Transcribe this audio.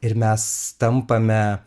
ir mes tampame